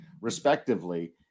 respectively